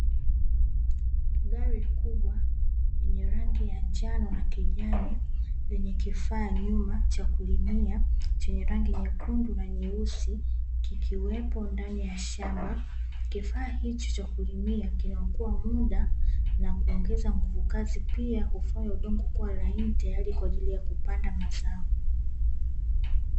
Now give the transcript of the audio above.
Gari kubwa lenye rangi ya njano na kijani yenye kifaa nyuma cha kulimia chenye rangi nyekundu na nyeusi kikiwepo ndani ya shamba, kifaa hichi cha kulimia kinaokoa muda na kuongeza nguvu kazi pia hufanya udongo kuwa laini tayari kwa ajili ya kupanda mazao.